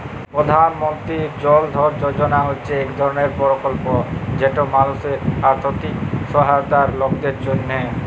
পধাল মলতিরি জল ধল যজলা হছে ইক ধরলের পরকল্প যেট মালুসের আথ্থিক সহায়তার লকদের জ্যনহে